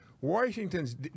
Washington's